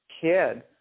kid